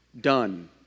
Done